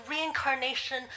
reincarnation